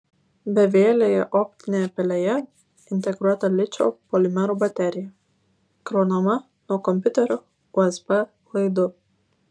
bevielėje optinėje pelėje integruota ličio polimerų baterija įkraunama nuo kompiuterio usb laidu